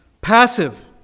passive